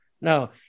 no